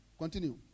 Continue